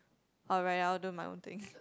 orh right I will do my own thing